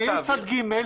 אם יהיה צד ג',